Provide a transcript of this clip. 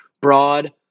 broad